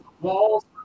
walls